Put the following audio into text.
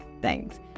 Thanks